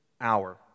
hour